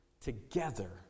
together